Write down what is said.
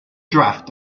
draft